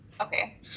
Okay